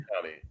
County